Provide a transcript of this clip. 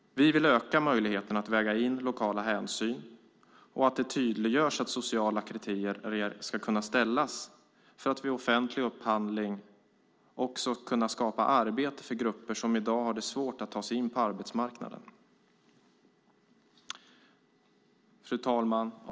Vi vill öka möjligheten att väga in lokala hänsyn och att det tydliggörs att sociala kriterier ska kunna ställas för att vid offentlig upphandling skapa arbete för grupper som i dag har det svårt att ta sig in på arbetsmarknaden. Fru talman!